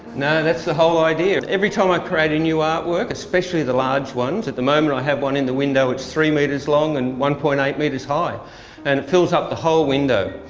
no, that's the whole idea. every time i create a new art work, especially the large ones, the moment i have one in the window it's three meters long and one point eight meters high and it fills up the whole window.